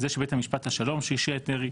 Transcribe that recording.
זה של בית משפט השלום שהרשיע את דרעי